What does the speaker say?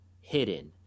hidden